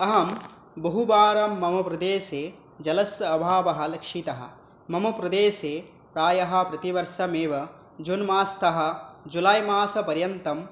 अहं बहुवारं मम प्रदेशे जलस्य अभावः लक्षितः मम प्रदेशे प्रायः प्रतिवर्षमेव जुन्मासतः जुलैमासपर्यन्तं